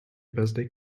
birthday